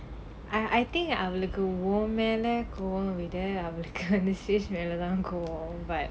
I I think அவளுக்கு உன்மேல கோவம் விட அவளுக்கு:avalukku unmela kovam vida avalukku மேல தான் கோவம்:mela thaan kovam but